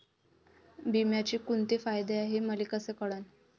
बिम्याचे कुंते फायदे हाय मले कस कळन?